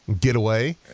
getaway